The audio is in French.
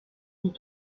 mille